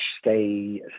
stay